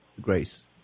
grace